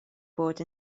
bod